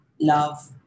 love